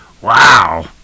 wow